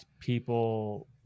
people